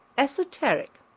esoteric,